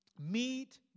Meet